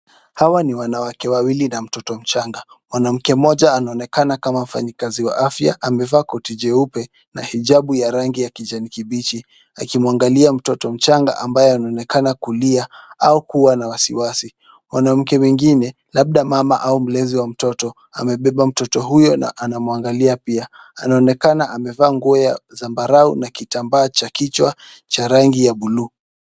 Hawa ni wanawake wawili na mtoto mchanga. Mwanamke mmoja anaonekana kama mfanyikazi wa afya, amevaa koti jeupe na hijabu ya rangi ya kijani kibichi, akimwangalia mtoto mchanga ambaye anaonekana kulia au kuwa na wasiwasi. Mwanamke mwingine labda mama au mlezi wa mtoto, amebeba mtoto huyo na anamwangalia pia, anaonekana amevaa nguo ya zambarau na kitambaa cha kichwa cha rangi ya bluu.